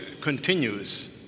continues